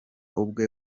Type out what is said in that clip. ubwe